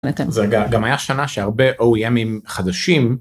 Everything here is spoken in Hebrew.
זה גם היה שנה שהרבה או ימים חדשים.